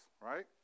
right